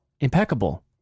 Impeccable